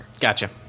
Gotcha